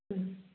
ꯎꯝ